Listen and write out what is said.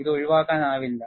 ഇത് ഒഴിവാക്കാനാവില്ല